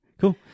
Cool